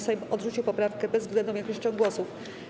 Sejm odrzucił poprawkę bezwzględną większością głosów.